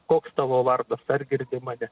koks tavo vardas ar girdi mane